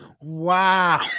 Wow